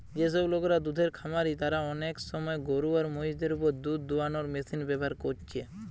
যেসব লোকরা দুধের খামারি তারা অনেক সময় গরু আর মহিষ দের উপর দুধ দুয়ানার মেশিন ব্যাভার কোরছে